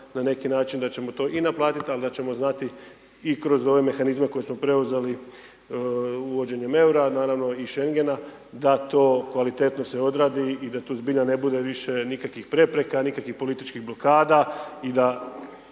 na neki način, da ćemo to i naplatiti ali da ćemo znati i kroz ove mehanizme koje smo preuzeli uvođenjem eura naravno i Schengena, da to kvalitetno se odradi i da tu ne bude zbilja više nikakvih prepreka, nikakvih političkih blokada i da